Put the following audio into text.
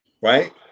Right